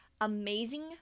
Amazing